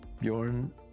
Bjorn